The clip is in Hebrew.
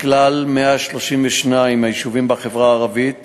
מכלל 132 היישובים בחברה הערבית